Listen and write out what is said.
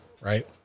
right